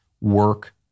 work